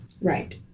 Right